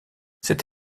cette